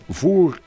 voor